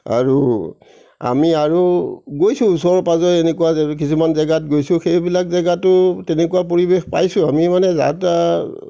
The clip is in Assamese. আৰু আমি আৰু গৈছো ওচৰে পাজৰে এনেকুৱা কিছুমান জেগাত গৈছো সেইবিলাক জেগাতো তেনেকুৱা পৰিৱেশ পাইছোঁ আমি মানে যাত্ৰা